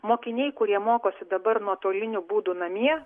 mokiniai kurie mokosi dabar nuotoliniu būdu namie